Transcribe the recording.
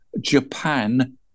Japan